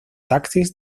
taxis